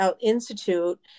Institute